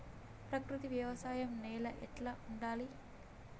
ప్రకృతి వ్యవసాయం నేల ఎట్లా ఉండాలి?